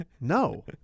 no